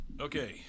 Okay